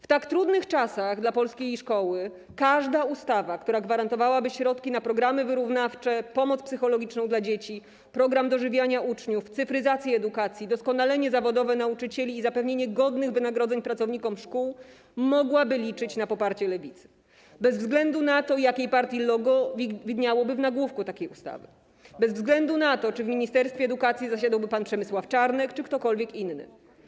W tak trudnych czasach dla polskiej szkoły każda ustawa, która gwarantowałaby środki na programy wyrównawcze, pomoc psychologiczną dla dzieci, program dożywiania uczniów, cyfryzację edukacji, doskonalenie zawodowe nauczycieli i zapewnienie godnych wynagrodzeń pracownikom szkół, mogłaby liczyć na poparcie Lewicy, bez względu na to, jakiej partii logo widniałoby w nagłówku takiej ustawy, bez względu na to, czy w ministerstwie edukacji zasiadałby pan Przemysław Czarnek, czy ktokolwiek inny.